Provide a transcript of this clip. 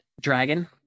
Dragon